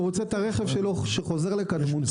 הוא רוצה את הרכב שלו חוזר לקדמותו.